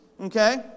Okay